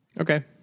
Okay